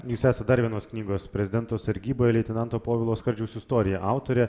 jūs esat dar vienos knygos prezidento sargyboje leitenanto povilo skardžiaus istorija autorė